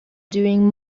doing